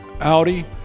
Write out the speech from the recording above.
Audi